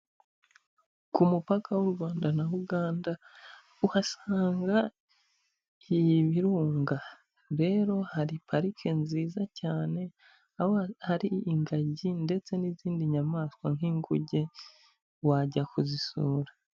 Ku mupaka w'u Rwanda na Uganda uhasanga ibirunga, rero hari parike nziza cyane aho hari ingagi ndetse n'izindi nyamaswa nk'inguge wajya kuzisura.